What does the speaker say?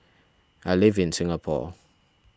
I live in Singapore